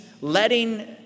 letting